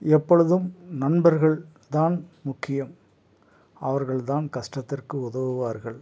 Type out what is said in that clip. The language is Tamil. எப்பொழுதும் நண்பர்கள் தான் முக்கியம் அவர்கள் தான் கஷ்ட்டத்திற்கு உதவுவார்கள்